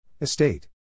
Estate